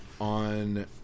On